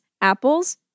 apples